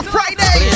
Friday